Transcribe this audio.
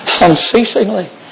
unceasingly